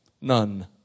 None